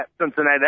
Cincinnati